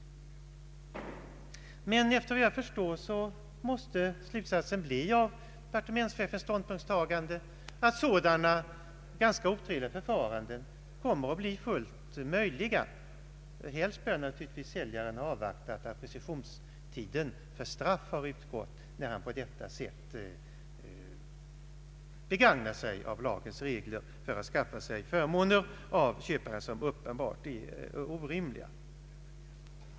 Efter vad jag förstår måste slutsatsen av departementschefens ståndpunkttagande bli att sådana ganska otrevliga förfaranden kommer att bli fullt möjliga. Helst bör naturligtvis säljaren avvakta att preskriptionstiden för straff för den oriktiga uppgiften om köpeskillingen har utgått, när han på detta sätt begagnar sig av reglerna för att av Ang. förslag till jordabalk köparen skaffa sig förmåner vilka uppenbart är orimliga.